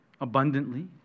abundantly